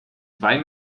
zwei